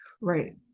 Right